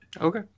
Okay